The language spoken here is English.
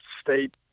state